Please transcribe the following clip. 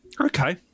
Okay